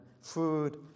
food